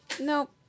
Nope